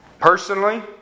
personally